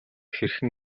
хэрхэн